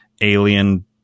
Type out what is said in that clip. alien